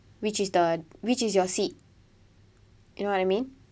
which is the which is your seat you know what I mean